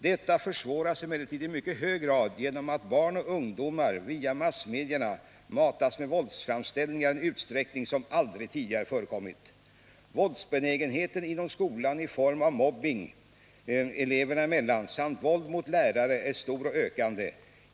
Detta försvåras emellertid i mycket hög grad genom att barn och ungdomar via massmedierna matas med våldsframställningar i en utsträckning som aldrig tidigare förekommit. Våldsbenägenheten inom skolan i form av mobbing eleverna emellan samt våld mot lärare är stor och ökande.